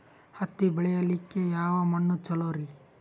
ಹತ್ತಿ ಬೆಳಿಲಿಕ್ಕೆ ಯಾವ ಮಣ್ಣು ಚಲೋರಿ?